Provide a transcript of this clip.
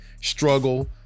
struggle